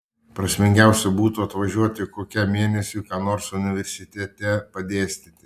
prasmingiausia būtų atvažiuoti kokiam mėnesiui ką nors universitete padėstyti